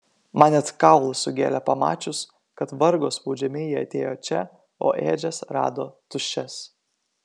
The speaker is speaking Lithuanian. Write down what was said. man net kaulus sugėlė pamačius kad vargo spaudžiami jie atėjo čia o ėdžias rado tuščias